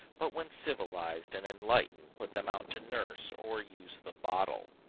but when civilized and enlightened put them out to nurse, or use the bottle.